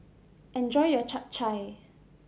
enjoy your Chap Chai